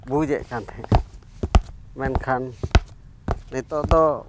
ᱵᱩᱡᱮᱫ ᱛᱟᱦᱮᱸᱜᱼᱟ ᱢᱮᱱᱠᱷᱟᱱ ᱱᱤᱛᱚᱜ ᱫᱚ